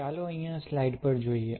ચાલો અહીં સ્લાઈડ પર જોઈએ